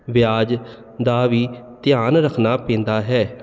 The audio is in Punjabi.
ਵਿਆਜ ਦਾ ਵੀ ਧਿਆਨ ਰੱਖਣਾ ਪੈਂਦਾ ਹੈ